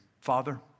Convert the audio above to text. Father